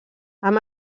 amb